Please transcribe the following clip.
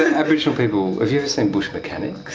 ah aboriginal people, have you ever seen bush mechanics?